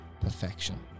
perfection